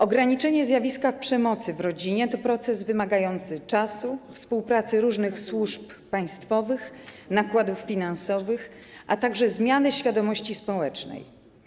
Ograniczenie zjawiska przemocy w rodzinie to proces wymagający czasu, współpracy różnych służb państwowych, nakładów finansowych, a także zmiany świadomości społecznej.